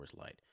Light